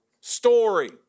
story